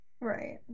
Right